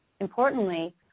Importantly